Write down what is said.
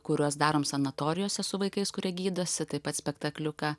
kuriuos darom sanatorijose su vaikais kurie gydosi taip pat spektakliuką